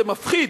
זה מפחיד